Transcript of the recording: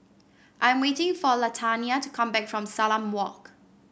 I am waiting for Latanya to come back from Salam Walk